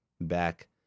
back